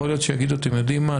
יכול להיות שיגידו: אתם יודעים מה?